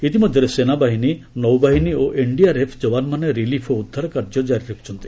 ଇତିମଧ୍ୟରେ ସେନାବାହିନୀ ନୌବାହିନୀ ଓ ଏନ୍ଡିଆର୍ଏଫ୍ ଜବାନମାନେ ରିଲିଫ ଓ ଉଦ୍ଧାରକାର୍ଯ୍ୟ କାରି ରଖିଛନ୍ତି